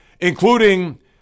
including